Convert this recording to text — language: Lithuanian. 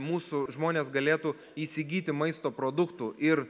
mūsų žmonės galėtų įsigyti maisto produktų ir